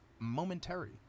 momentary